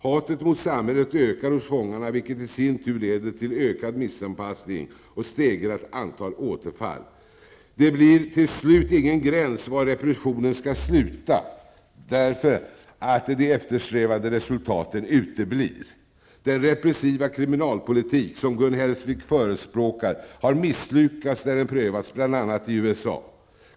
Hatet mot samhället ökar hos fångarna, vilket i sin tur leder till ökad missanpassning och stegrat antal återfall. Det blir till slut ingen gräns för var repressionen skall sluta, därför att de eftersträvade resultaten uteblir. Den repressiva kriminalpolitik som Gun Hellsvik förespråkar har misslyckats där den har prövats, bl.a. i USA.